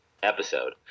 episode